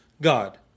God